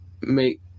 make